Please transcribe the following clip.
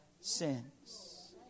sins